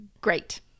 Great